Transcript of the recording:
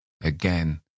again